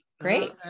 Great